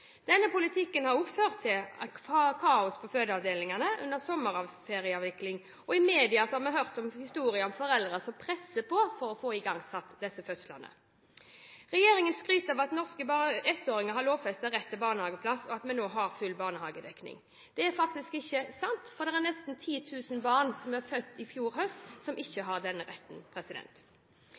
Denne politikken har også ført til kaos på fødeavdelingene under sommerferieavviklingen, og fra media har vi hørt historier om foreldre som presser på for å få igangsatt fødslene. Regjeringen skryter av at norske ettåringer har lovfestet rett til barnehageplass, og at vi nå har full barnehagedekning. Det er faktisk ikke sant, for det er nesten 10 000 barn som er født i fjor høst, som ikke har denne retten.